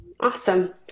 Awesome